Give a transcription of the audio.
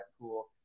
cool